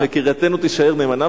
שקרייתנו תישאר נאמנה,